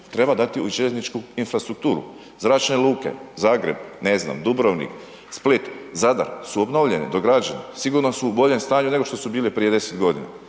treba dati u željezničku infrastrukturu, zračne luke, Zagreb, ne znam Dubrovnik, Split, Zadar, su obnovljene, dograđene, sigurno su u boljem stanju nego što su bili prije 10.g.